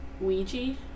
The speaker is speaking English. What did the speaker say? Ouija